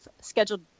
scheduled